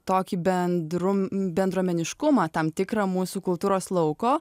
tokį bendru bendruomeniškumą tam tikrą mūsų kultūros lauko